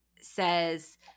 says